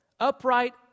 Upright